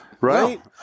Right